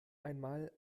einmal